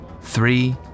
three